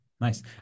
nice